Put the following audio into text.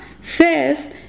says